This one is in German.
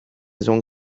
sohn